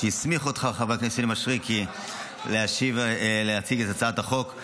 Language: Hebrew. שהסמיך אותך חבר הכנסת מישרקי להציג את הצעת החוק,